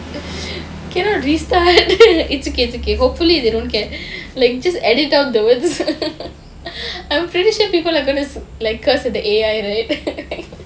cannot restart is okay is okay hopefully they don't care like just edit out the words I'm pretty sure people are going to like curse at the A_I right